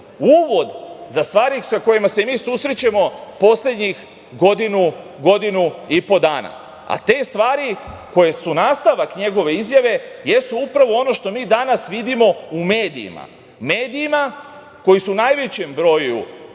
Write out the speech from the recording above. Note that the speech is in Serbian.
uvod za stvari sa kojima se mi susrećemo poslednjih godinu, godinu i po dana. A te stvari koje su nastavak njegov izjave, jesu upravo ono što mi danas vidimo u medijima, medijima koje su u najvećem broju